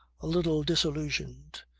a little disillusioned,